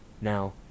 Now